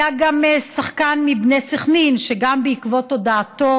היה שחקן מבני סח'נין שגם בעקבות הודאתו